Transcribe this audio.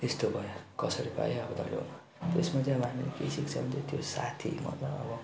यस्तो भयो कसरी पायो अब भयो त्यसमा चाहिँ अब हामी केही शिक्षा पनि देख्थ्यो साथी मतलब अब